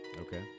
Okay